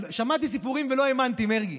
שמעתי סיפורים ולא האמנתי, מרגי,